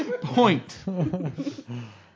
Point